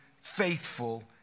faithful